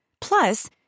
Plus